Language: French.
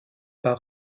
pas